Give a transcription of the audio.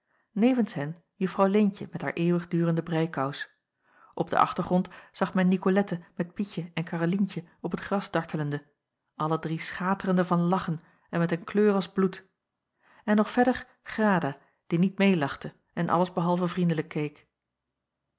nevens hen juffrouw leentje met haar eeuwigdurende breikous op den achtergrond zag men nicolette met pietje en karrelientje op het gras dartelende alle drie schaterende van lachen en met een kleur als bloed en nog verder grada die niet meêlachte en alles behalve vriendelijk